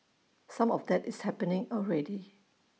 some of that is happening already